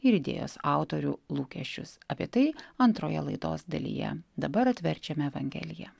ir idėjos autorių lūkesčius apie tai antroje laidos dalyje dabar atverčiame evangeliją